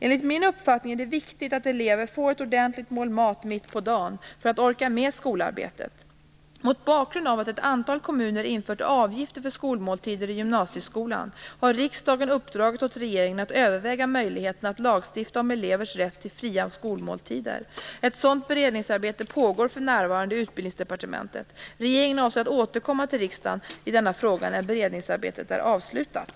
Enligt min uppfattning är det viktigt att elever får ett ordentligt mål mat mitt på dagen för att de skall orka med skolarbetet. Mot bakgrund av att ett antal kommuner har infört avgifter för skolmåltider i gymnasieskolan har riksdagen uppdragit åt regeringen att överväga möjligheten att lagstifta om elevers rätt till fria skolmåltider. Ett sådant beredningsarbete pågår för närvarande i Utbildningsdepartementet. Regeringen avser att återkomma till riksdagen i denna fråga när beredningsarbetet är avslutat.